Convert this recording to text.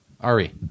Ari